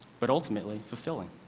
but ultimately fulfilling.